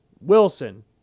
Wilson